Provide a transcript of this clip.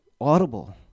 audible